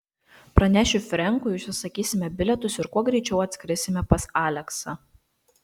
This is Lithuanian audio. pranešiu frenkui užsisakysime bilietus ir kuo greičiau atskrisime pas aleksą